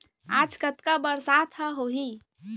आज कतका बरसात ह होही?